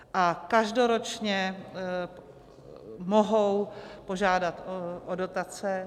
A každoročně mohou požádat o dotace.